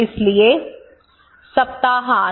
इसलिए सप्ताहांत